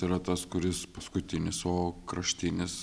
yra tas kuris paskutinis o kraštinis